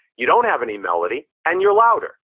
you don't have any melody and you're louder.